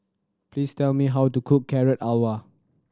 please tell me how to cook Carrot Halwa